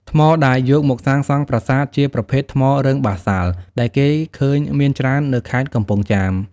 ថ្មដែលយកមកសាងសង់ប្រាសាទជាប្រភេទ ថ្មរឹងបាសាល់ ដែលគេឃើញមានច្រើននៅខេត្តកំពង់ចាម។